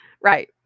Right